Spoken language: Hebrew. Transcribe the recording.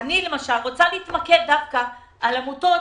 אני רוצה להתמקד דווקא בעמותות